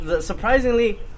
surprisingly